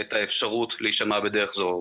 את האפשרות להישמע בדרך זו.